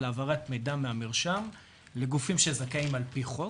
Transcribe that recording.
העברת מידע מהמרשם לגופים שזכאים על פי חוק,